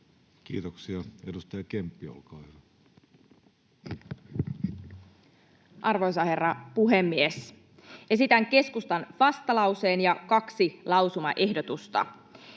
Kiitoksia. — Edustaja Kemppi, olkaa hyvä. Arvoisa herra puhemies! Esitän keskustan vastalauseen ja kaksi lausumaehdotusta: